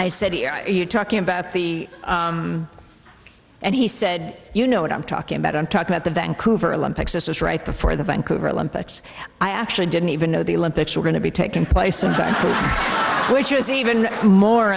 i said are you talking about the and he said you know what i'm talking about i'm talking at the vancouver olympics this was right before the vancouver olympics i actually didn't even know the olympics were going to be taken place which was even more